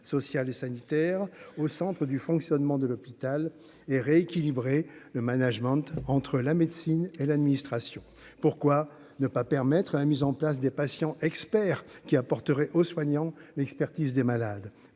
sociale et sanitaire au Centre du fonctionnement de l'hôpital et rééquilibrer le management entre la médecine et l'administration, pourquoi ne pas permettre à la mise en place des patients experts qui apporterait aux soignants, l'expertise des malades,